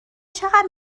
چقدر